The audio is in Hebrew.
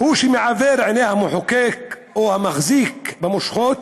הוא שמעוור את עיני המחוקק או המחזיק במושכות,